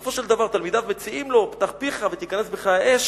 בסופו של דבר תלמידיו מציעים לו: פתח פיך ותיכנס בך האש.